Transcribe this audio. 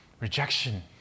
rejection